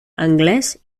anglès